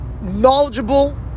knowledgeable